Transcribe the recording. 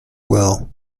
well